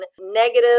negative